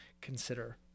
consider